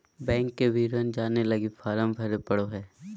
bank के विवरण जाने लगी फॉर्म भरे पड़ो हइ